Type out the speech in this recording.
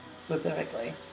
specifically